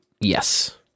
Yes